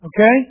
Okay